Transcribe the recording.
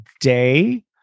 day